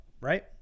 Right